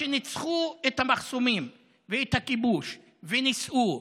שניצחו את המחסומים ואת הכיבוש ונישאו,